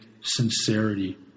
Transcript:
sincerity